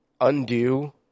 undo